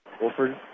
Wolford